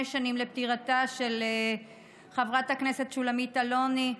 שנים לפטירתה של חברת הכנסת שולמית אלוני,